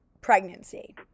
pregnancy